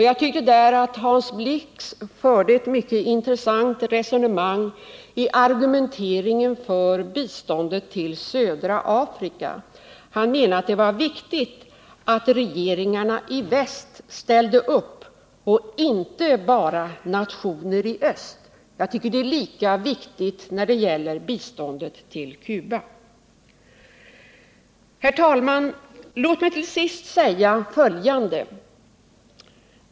Jag tyckte där att Hans Blix förde ett mycket intressant resonemang i argumenteringen för biståndet till södra Afrika. Han menade att det var viktigt att regeringarna i väst ställde upp —- inte bara nationer i öst. Jag tycker det är lika viktigt när det gäller biståndet till Cuba. Herr talman! Låt mig till sist säga följande.